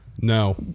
No